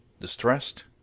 distressed